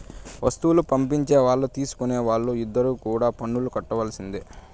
వస్తువులు పంపించే వాళ్ళు తీసుకునే వాళ్ళు ఇద్దరు కూడా పన్నులు కట్టాల్సిందే